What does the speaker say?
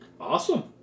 Awesome